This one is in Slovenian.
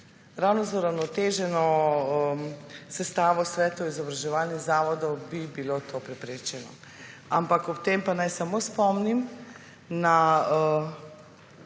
Ravno z uravnoteženo sestavo svetov izobraževalnih zavodov bi bilo to preprečeno. Ampak ob tem pa naj samo spomnim na